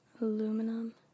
Aluminum